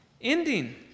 ending